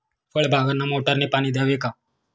फळबागांना मोटारने पाणी द्यावे का?